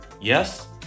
Yes